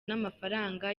n’amafaranga